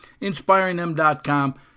inspiringthem.com